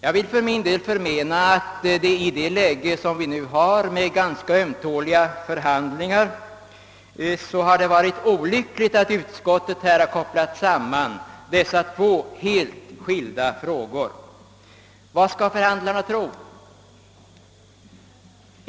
Jag vill för min del betona att det i rådande läge, med de ganska ömtåliga förhandlingar som pågår, har varit olyckligt att utskottet har kopplat samman dessa två helt skilda frågor. Vad skall förhandlarna tro?